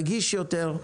נגיש יותר,